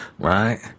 right